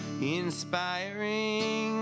inspiring